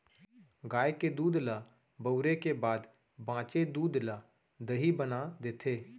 गाय के दूद ल बउरे के बाद बॉंचे दूद ल दही बना देथे